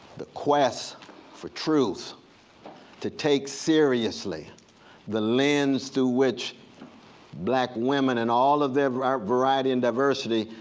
the quest for truth to take seriously the lens through which black women, in all of their variety and diversity.